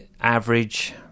average